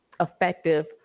effective